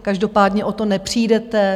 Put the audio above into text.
Každopádně o to nepřijdete.